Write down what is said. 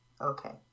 okay